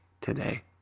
today